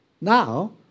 now